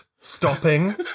stopping